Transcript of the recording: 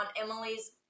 Emily's